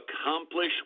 accomplish